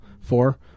four